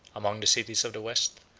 among the cities of the west,